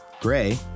Gray